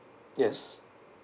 yes